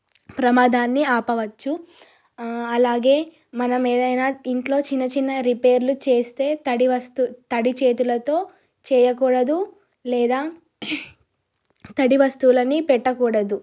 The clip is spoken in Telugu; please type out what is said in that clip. ప్రమాదాన్ని ఆపవచ్చు అలాగే మనం ఏదైనా ఇంట్లో చిన్న చిన్న రిపేర్లు చేస్తే తడి వస్తువు తడి చేతులతో చేయకూడదు లేదా తడి వస్తువులని పెట్టకూడదు